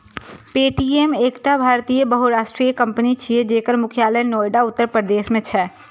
Paytm एकटा भारतीय बहुराष्ट्रीय कंपनी छियै, जकर मुख्यालय नोएडा, उत्तर प्रदेश मे छै